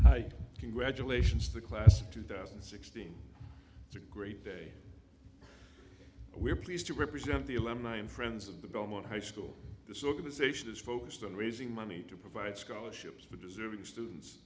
and congratulations to the class of two thousand and sixteen it's a great day we are pleased to represent the alumni and friends of the belmont high school this organization is focused on raising money to provide scholarships for deserving students